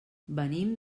venim